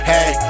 Hey